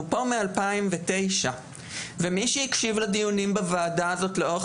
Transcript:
פה מ-2009 ומי שהקשיב לדיונים בוועדה הזאת לאורך